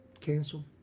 cancel